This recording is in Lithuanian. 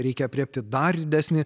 reikia aprėpti dar didesnį